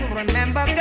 remember